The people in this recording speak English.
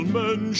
men